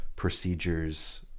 Procedures